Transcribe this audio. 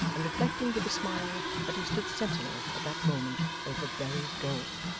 and reflecting with a smile that he stood sentinel at that moment over buried gold,